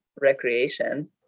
recreation